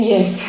Yes